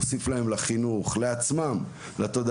מוסיף להם לחינוך ומוסיף להם לתודעה.